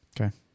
Okay